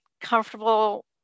comfortable